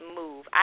move